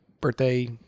birthday